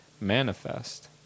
manifest